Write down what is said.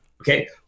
okay